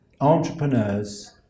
entrepreneurs